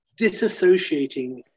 disassociating